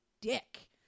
dick